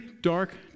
dark